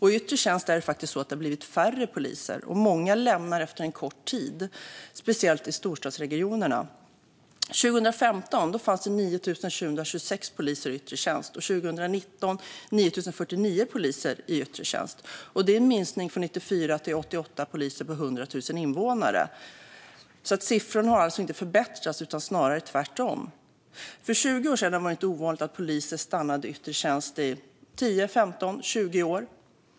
I yttre tjänst har det faktiskt blivit färre poliser, och många slutar efter en kort tid, speciellt i storstadsregionerna. År 2015 fanns det 9 726 i yttre tjänst, och 2019 var det 9 049 poliser i yttre tjänst. Det är en minskning från 94 till 88 poliser per 100 000 invånare. Siffrorna har alltså inte förbättrats utan snarare tvärtom. För 20 år sedan var det inte ovanligt att poliser stannade i yttre tjänst i 10-20 år.